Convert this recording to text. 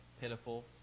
pitiful